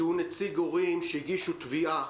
נציג הורים שהגישו תביעה